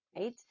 right